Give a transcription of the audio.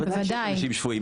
בוודאי שיש אנשים שפויים.